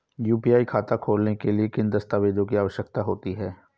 UPI खाता खोलने के लिए किन दस्तावेज़ों की आवश्यकता होती है?